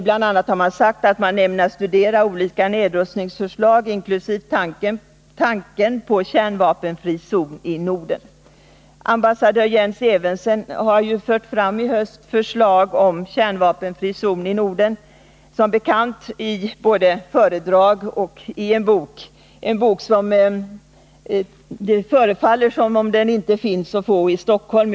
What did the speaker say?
Bl. a. har man sagt att man ämnar studera olika nedrustningsförslag, inkl. tanken på en kärnvapenfri zon i Norden. Ambassadör Jens Erensen har som bekant i höst fört fram förslag om en kärnvapenfri zon i Norden, både i föredrag och i en bok. Det är en bok som inte förefaller finnas att få i Stockholm.